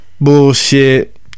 Bullshit